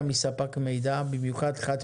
שוב, זה לא נמצא בהצעת החוק.